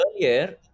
Earlier